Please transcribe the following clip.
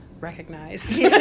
recognized